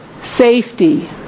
safety